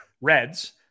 Reds